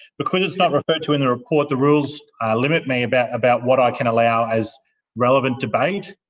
because it's not referred to in the report, the rules limit me about about what i can allow as relevant debate.